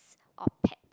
or pet